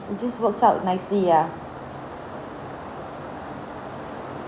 it just works out nicely ya